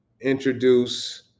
introduce